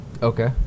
Okay